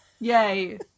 Yay